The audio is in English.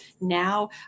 now